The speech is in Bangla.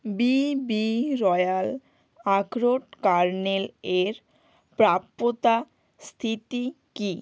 বিবি রয়াল আখরোট কার্নেলের প্রাপ্যতা স্থিতি কী